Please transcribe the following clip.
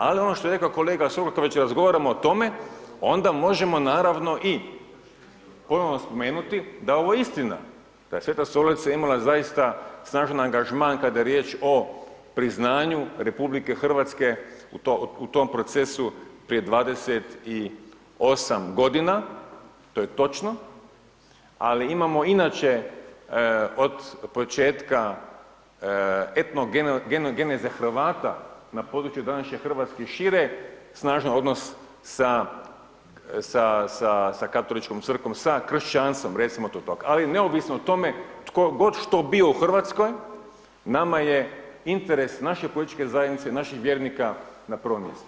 Ali ono što je rekao kolega Sokol kad već razgovaramo o tome, onda možemo naravno i ponovno spomenuti da je ovo istina da je Sveta Stolica imala zaista snažan angažman kada je riječ o priznanju RH u tom procesu prije 28 g., to je točno ali imamo inače od početka etnogeneze Hrvata na području današnje Hrvatske i šire, snažan odnos sa Katoličkom crkvom, sa kršćanstvom recimo to tako ali neovisno o tome tko god što bio u Hrvatskoj, nama je interes naše političke zajednice, naših vjernika na prvom mjestu.